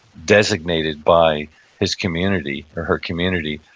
designated by his community, or her community.